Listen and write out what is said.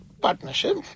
partnership